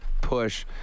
push